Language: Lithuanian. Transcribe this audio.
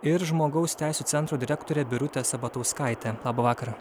ir žmogaus teisių centro direktorė birutė sabatauskaitė labą vakarą